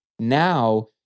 now